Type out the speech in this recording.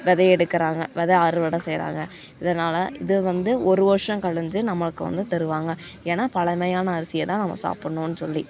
விதை எடுக்குறாங்க வித அறுவடை செய்யிறாங்க இதனால் இதுவந்து ஒரு வருஷம் கழிஞ்சு நம்மளுக்கு வந்து தருவாங்க ஏன்னா பழமையான அரசியைதான் நம்ம சாப்பிட்ணும் சொல்லி